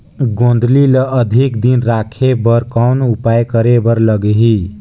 गोंदली ल अधिक दिन राखे बर कौन उपाय करे बर लगही?